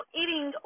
eating